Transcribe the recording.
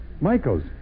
Michaels